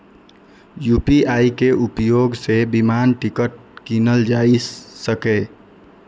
UPI के उपयोग सं विमानक टिकट कीनल जा सकैए